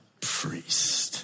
priest